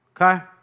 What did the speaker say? okay